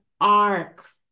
arc